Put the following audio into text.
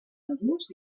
madurs